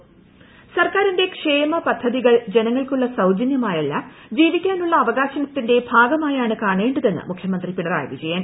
മുഖ്യമന്തി സർക്കാറിന്റെ ക്ഷേമപദ്ധതികൾ ജന്നങ്ങൾക്കുള്ള സൌജന്യമായല്ല ജീവിക്കാനുള്ള അവകാളിത്തിന്റെ ഭാഗമായാണ് കാണേണ്ടെതെന്ന് മുഖ്യമന്ത്രി പിണറായി വിജയൻ